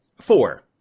Four